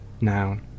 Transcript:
noun